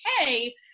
hey